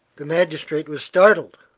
the magistrate was startled,